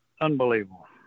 unbelievable